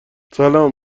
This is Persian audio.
سلام